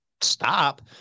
stop